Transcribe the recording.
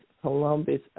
Columbus